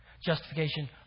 Justification